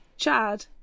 Chad